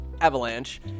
avalanche